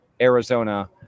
Arizona